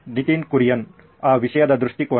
ನಿತಿನ್ ಕುರಿಯನ್ ಆ ವಿಷಯದ ದೃಷ್ಟಿಕೋನ